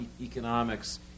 economics